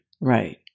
Right